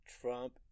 trump